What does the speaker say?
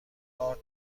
ارد